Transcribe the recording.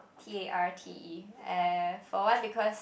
t_a_r_t_e uh for one because